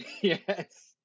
Yes